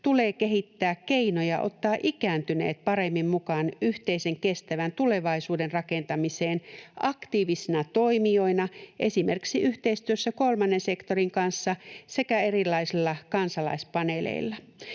tulee kehittää keinoja ottaa ikääntyneet paremmin mukaan yhteisen kestävän tulevaisuuden rakentamiseen aktiivisina toimijoina esimerkiksi yhteistyössä kolmannen sektorin kanssa sekä erilaisilla kansalaispaneeleilla.”